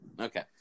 Okay